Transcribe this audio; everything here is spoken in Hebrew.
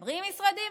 מחברים משרדים,